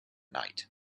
night